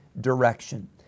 direction